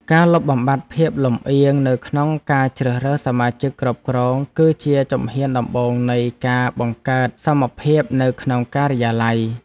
ការលុបបំបាត់ភាពលំអៀងនៅក្នុងការជ្រើសរើសសមាជិកគ្រប់គ្រង គឺជាជំហានដំបូងនៃការបង្កើតសមភាពនៅក្នុងការិយាល័យ។